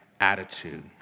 attitude